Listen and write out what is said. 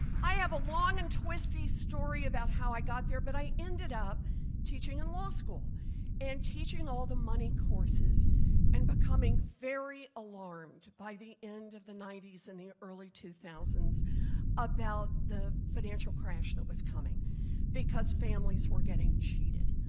i have a long and twisty story about how i got there but i ended up teaching in law school and teaching all the money courses and becoming very alarmed by the end of the ninety s and the early two thousand about the financial crash that was coming because families were getting cheated.